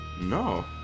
No